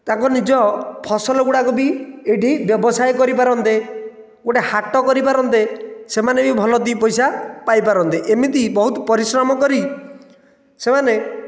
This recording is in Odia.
ତାକୁ ନିଜ ଫସଲ ଗୁଡ଼ାକୁ ବି ଏଇଠି ବ୍ୟବସାୟ କରିପାରନ୍ତେ ଗୋଟିଏ ହାଟ କରିପାରନ୍ତେ ସେମାନେ ବି ଭଲ ଦୁଇ ପଇସା ପାଇପାରନ୍ତେ ଏମିତି ବହୁତ ପରିଶ୍ରମ କରି ସେମାନେ